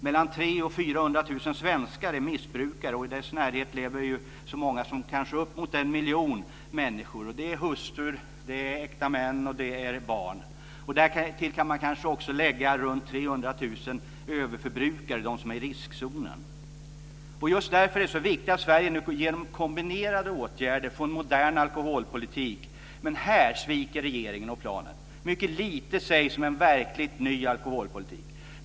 Mellan 300 000 och 400 000 svenskar är missbrukare, och i deras närhet lever kanske så många som kanske uppemot en miljon människor. Det är hustrur, äkta män och barn. Därtill kan man kanske också lägga runt 300 000 överförbrukare, de som är i riskzonen. Just därför är det så viktigt att Sverige nu genom kombinerade åtgärder får en modern alkoholpolitik. Men här sviker regeringen och planen. Mycket lite sägs om en verkligt ny alkoholpolitik.